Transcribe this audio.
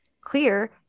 clear